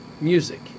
music